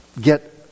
get